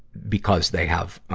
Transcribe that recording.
because they have, ah,